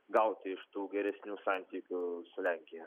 gauti iš tų geresnių santykių su lenkija